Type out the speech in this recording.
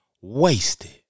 wasted